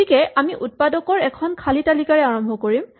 গতিকে আমি উৎপাদকৰ এখন খালী তালিকাৰে আৰম্ভ কৰিম